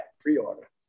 pre-order